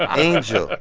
ah angel. ah